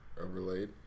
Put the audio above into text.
Overlaid